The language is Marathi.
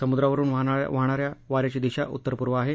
समुद्रावरून वाहाणाऱ्या वाऱ्याची दिशाही उत्तर पुर्व आहे